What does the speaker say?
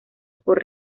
por